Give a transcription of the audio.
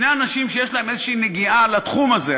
שני אנשים שיש להם איזושהי נגיעה לתחום הזה,